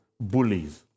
bullies